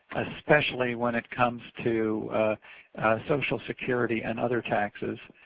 especially when it comes to social security and other taxes.